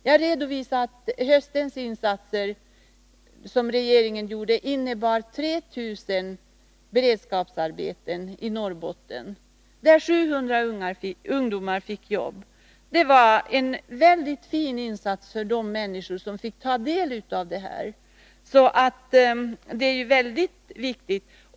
Jag redovisade de insatser som regeringen gjorde under hösten och som innebar 3 000 beredskapsarbeten i Norrbotten, där 700 ungdomar fick jobb. Det var en mycket fin insats för de människor som fick ta del av detta. Det var väldigt viktigt.